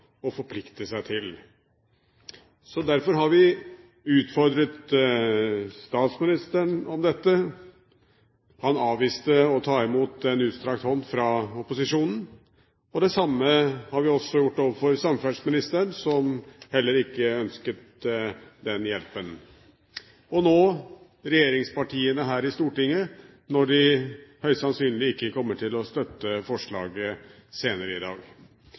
forplikte seg til. Derfor har vi utfordret statsministeren på dette. Han avviste å ta imot en utstrakt hånd fra opposisjonen. Det samme har vi også gjort overfor samferdselsministeren, som heller ikke ønsket den hjelpen, og nå regjeringspartiene her i Stortinget når de høyst sannsynlig ikke kommer til å støtte forslaget senere i dag.